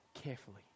carefully